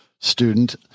student